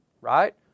right